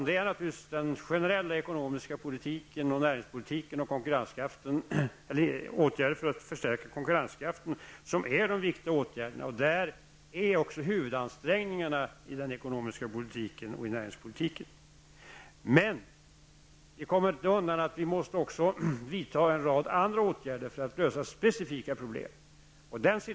Det är naturligtvis den generella ekonomiska politiken, näringspolitiken och åtgärder för att förstärka konkurrenskraften som är det viktiga. Där görs också huvudansträngningarna i den ekonomiska politiken och näringspolitiken. Men vi måste också vidta en rad andra åtgärder för att lösa specifika problem.